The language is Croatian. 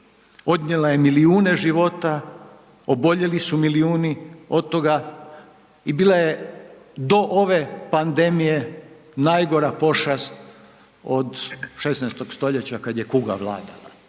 odnijela je milijune života, oboljeli su milijuni od toga i bila je do ove pandemije najgora pošast od 16. stoljeća kad je kuga vladala.